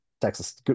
Texas